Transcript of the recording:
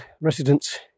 residents